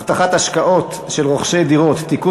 (הבטחת השקעות של רוכשי דירות) (תיקון